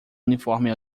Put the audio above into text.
uniforme